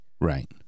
Right